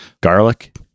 garlic